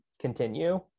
continue